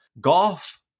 golf